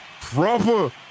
proper